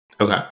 Okay